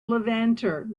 levanter